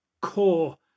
core